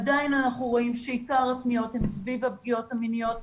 עדיין אנחנו רואים שעיקר הפניות הן סביב הפגיעות המיניות.